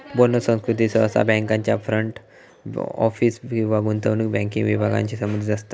bonus संस्कृती सहसा बँकांच्या फ्रंट ऑफिस किंवा गुंतवणूक बँकिंग विभागांशी संबंधित असता